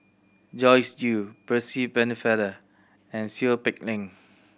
Joyce Jue Percy Pennefather and Seow Peck Leng